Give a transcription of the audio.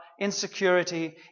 insecurity